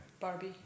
Barbie